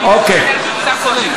אז איך לשמור קשר עין --- אז תעמדי.